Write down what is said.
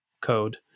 code